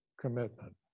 commitment